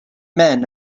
men